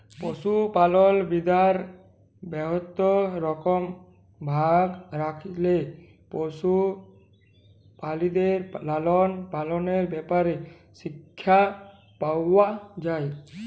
পশুপালল বিদ্যার বহুত রকম ভাগ যেখালে পশু পেরালিদের লালল পাললের ব্যাপারে শিখ্খা পাউয়া যায়